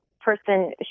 person